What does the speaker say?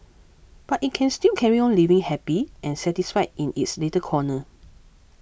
but it can still carry on living happy and satisfied in its little corner